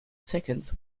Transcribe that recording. seconds